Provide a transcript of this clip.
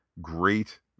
great